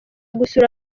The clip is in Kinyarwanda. gusura